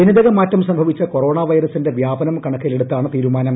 ജനിതക മാറ്റം സംഭവിച്ച കൊറോണ വൈറസിന്റെ വ്യാപനം കണക്കിലെടുത്താണ് തീരുമാനം